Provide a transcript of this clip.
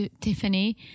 Tiffany